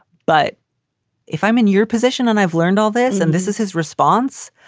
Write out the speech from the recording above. but if i'm in your position and i've learned all this and this is his response,